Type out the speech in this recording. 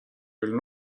küll